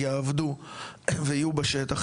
יעבדו ויהיו בשטח.